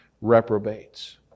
reprobates